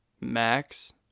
Max